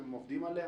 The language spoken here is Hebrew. אתם עובדים עליה?